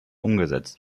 umgesetzt